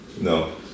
No